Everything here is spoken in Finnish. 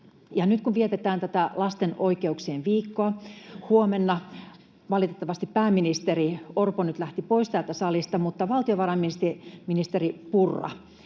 nyt kun vietetään tätä Lapsen oikeuksien viikkoa, — valitettavasti pääministeri Orpo nyt lähti pois täältä salista — valtiovarainministeri Purra,